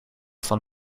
van